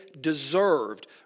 deserved